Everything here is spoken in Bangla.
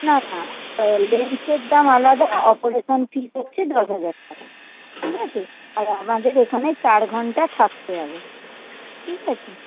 না না লেন্সের দাম আলাদা অপারেশন ফিস হচ্ছে দশ হাজার টাকা ঠিক আছে আর আমাদের এখানে চার ঘন্টা থাকতে হবে ঠিক আছে